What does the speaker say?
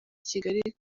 kigali